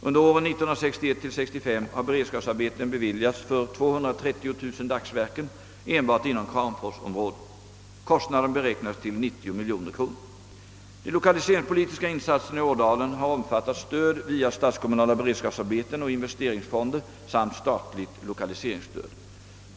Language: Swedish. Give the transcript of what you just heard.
Under åren 1961—1965 har beredskapsarbeten beviljats för 230 000 dagsverken enbart inom kramforsområdet. Kostnaden beräknas till 90 miljoner kronor. De lokaliseringspolitiska insatserna i Ådalen har omfattat stöd via statskommunala beredskapsarbeten och investeringsfonder samt statligt lokaliseringsstöd.